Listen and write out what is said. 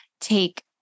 take